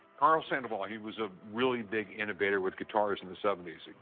karl sandoval, ah he was a really big innovator with guitars in the seventy s.